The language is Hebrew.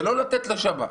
זה לא לתת לשב"כ.